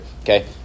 okay